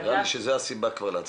זאת הסיבה להצלחה.